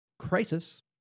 Crisis